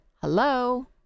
Hello